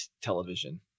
television